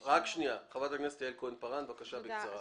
חברת הכנסת יעל כהן-פארן, בבקשה, בקצרה.